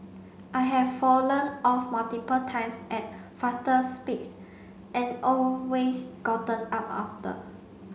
I have fallen off multiple times at faster speeds and always gotten up after